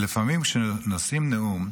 לפעמים כשנושאים נאום,